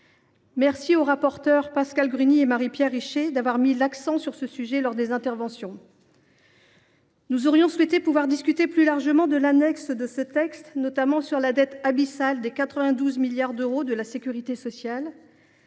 remercie nos rapporteures Pascale Gruny et Marie Pierre Richer d’avoir mis l’accent sur ce sujet lors de leurs interventions. Nous souhaiterions pouvoir discuter plus largement de l’annexe de ce texte, notamment de la dette abyssale de 92 milliards d’euros de la sécurité sociale.